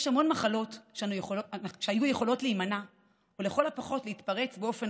יש המון מחלות שהיו יכולות להימנע או לכל הפחות להתפרץ באופן